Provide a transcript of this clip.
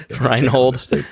Reinhold